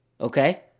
Okay